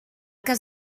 cas